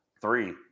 three